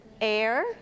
air